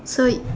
so it